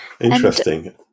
Interesting